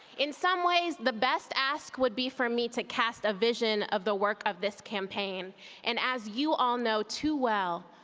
in this ways, the best ask would be for me to cast a vision of the work of this campaign and as you all know too well,